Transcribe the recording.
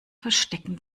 verstecken